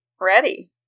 ready